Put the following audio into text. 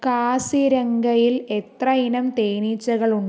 കാസിരങ്കയിൽ എത്ര ഇനം തേനീച്ചകൾ ഉണ്ട്